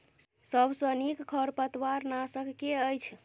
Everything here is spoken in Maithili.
सबसँ नीक खरपतवार नाशक केँ अछि?